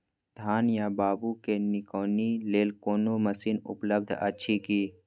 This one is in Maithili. धान या बाबू के निकौनी लेल कोनो मसीन उपलब्ध अछि की?